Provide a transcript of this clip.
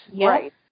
Right